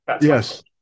Yes